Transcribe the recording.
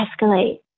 escalate